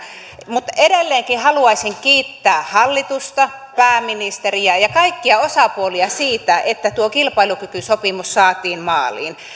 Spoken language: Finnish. mutta edelleenkin haluaisin kiittää hallitusta pääministeriä ja ja kaikkia osapuolia siitä että tuo kilpailukykysopimus saatiin maaliin